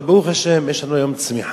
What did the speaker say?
אבל ברוך השם יש לנו היום צמיחה.